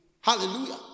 hallelujah